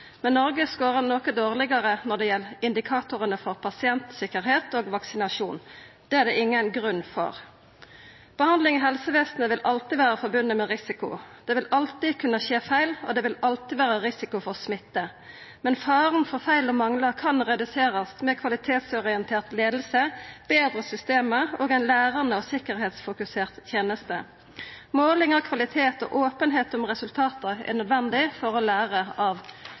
Men Noreg skårar noko dårlegare når det gjeld indikatorane for pasientsikkerheit og vaksinasjon, og det er det ingen grunn til. Behandling i helsevesenet vil alltid vera forbunden med risiko. Det vil alltid kunna skje feil, og det vil alltid vera risiko for smitte. Men faren for feil og manglar kan reduserast med kvalitetsorientert leiing, betre system og ein lærande og sikkerheitsfokusert teneste. Måling av kvalitet og openheit om resultat er nødvendig for å læra av